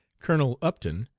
colonel upton,